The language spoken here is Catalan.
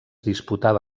disputava